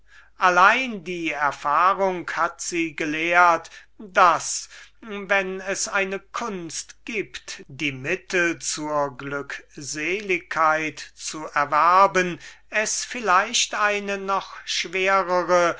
allein die erfahrung hat sie gelehrt daß wenn es eine kunst gibt die mittel zur glückseligkeit zu erwerben es vielleicht eine noch schwerere